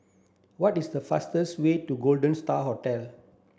what is the fastest way to Golden Star Hotel